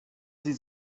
sie